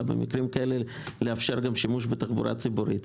במקרים כאלה לאפשר גם שימוש בתחבורה ציבורית,